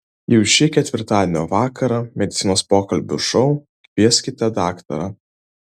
jau šį ketvirtadienio vakarą medicinos pokalbių šou kvieskite daktarą